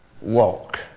walk